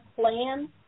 plan